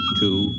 two